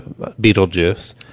Beetlejuice